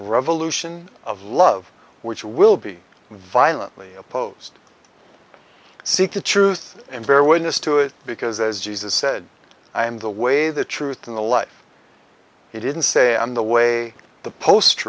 revolution of love which will be violently opposed seek the truth and bear witness to it because as jesus said i am the way the truth in the life he didn't say i am the way the post